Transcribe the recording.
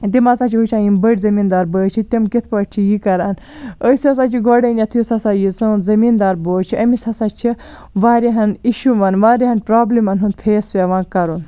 تِم ہَسا چھِ وُچھان یِم بٔڑ زمین دار بٲے چھِ تِم کِتھ پٲٹھۍ چھِ یہِ کران أسۍ ہَسا چھِ گۄڈٕنیٚتھ یُس ہَسا یہِ سون زٔمین دار بوے چھُ أمِس ہَسا چھِ واریاہن اِشوٗوَن واریاہن پرابلِمن ہُنٛد فیس پیٚوان کرُن